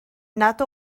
nad